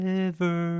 River